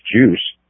juice